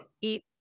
eat